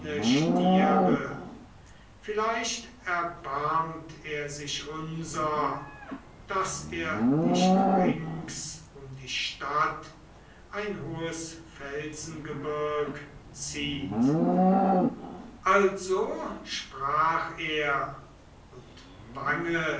stiere vielleicht erbarmt er sich unser daß er nicht rings um die stadt ein hohes felsengebirg zieht also sprach er und bange